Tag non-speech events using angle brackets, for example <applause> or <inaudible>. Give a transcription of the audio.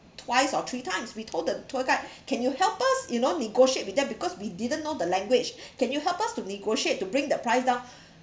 twice or three times we told the tour guide <breath> can you help us you know negotiate with them because we didn't know the language <breath> can you help us to negotiate to bring the price down <breath>